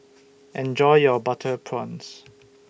Enjoy your Butter Prawns